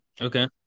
Okay